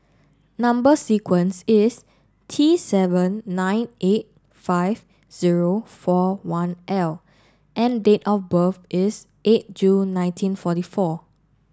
number sequence is T seven nine eight five zero four one L and date of birth is eight June nineteen forty four